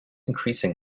increasing